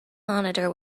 monitor